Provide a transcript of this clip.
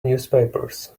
newspapers